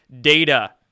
data